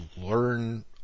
learn